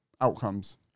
outcomes